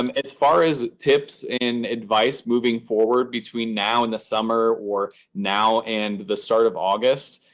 um as far as tips and advice moving forward between now and the summer or now and the start of august,